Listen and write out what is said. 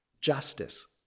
justice